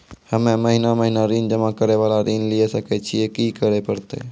हम्मे महीना महीना ऋण जमा करे वाला ऋण लिये सकय छियै, की करे परतै?